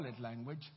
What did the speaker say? language